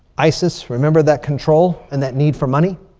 isis. remember that control and that need for money?